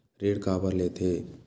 ऋण काबर लेथे?